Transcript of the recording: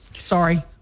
Sorry